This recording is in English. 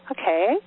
okay